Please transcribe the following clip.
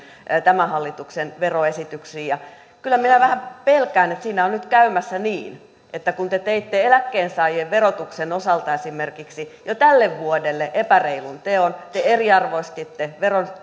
tämän hallituksen veroesityksiin kyllä minä vähän pelkään että siinä on nyt käymässä niin että kun te teitte esimerkiksi eläkkeensaajien verotuksen osalta jo tälle vuodelle epäreilun teon te eriarvoistitte